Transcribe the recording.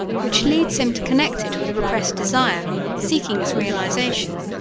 which leads him to connect it with a repressed desire seeking its realization,